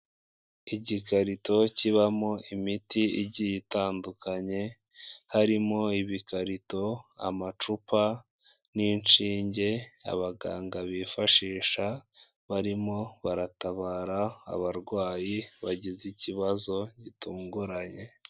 Igikarito kibamo imiti igiye itandukanye, harimo ibikarito, amacupa n'inshinge abaganga bifashisha barimo baratabara abarwayi bagize ikibazo gitunguranye.